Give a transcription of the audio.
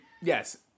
Yes